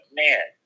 man